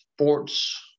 sports